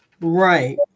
Right